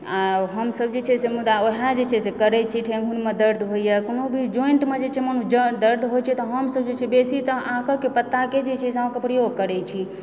आ हमसब जे छै से मुदा ओएह जे छै से करए छी ठेहुनमे दर्द होइया कोनो भी जोईंटमे जँ दर्द होइत छै तऽ हमसब जे छै बेसी तऽ आकके पत्ताके जे छै से प्रयोग करय छी